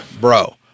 Bro